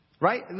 Right